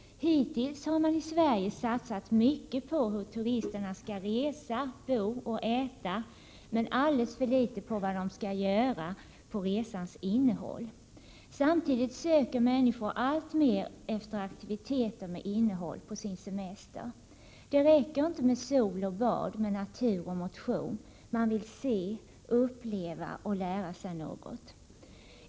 Hittills har man i Sverige satsat mycket på hur turisterna skall resa, bo och äta men alldeles för litet på vad de skall göra, på resans innehåll. Samtidigt söker människor alltmer efter aktiviteter med innehåll på sin semester. Det räcker inte med sol och bad, med natur och motion — man vill se, uppleva och lära sig något.